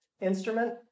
instrument